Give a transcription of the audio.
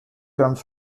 comes